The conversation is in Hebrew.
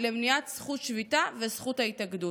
למניעת זכות השביתה וזכות ההתאגדות.